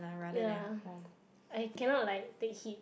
ya I cannot like take heat